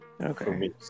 Okay